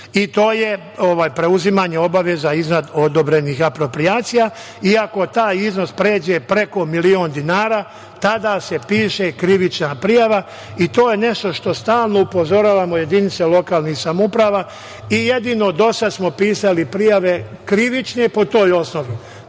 i to je preuzimanje obaveza iznad odobrenih aproprijacija i ako taj iznos pređe preko milion dinara tada se piše krivična prijava i to je nešto što stalno upozoravamo jedinice lokalnih samouprava i jedino dosad smo pisali prijave krivične po toj osnovi.